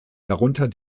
darunter